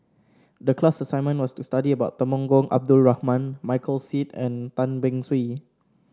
the class assignment was to study about Temenggong Abdul Rahman Michael Seet and Tan Beng Swee